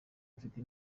mfite